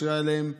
משרה עליהם אומץ.